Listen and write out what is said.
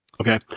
Okay